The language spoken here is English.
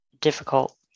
difficult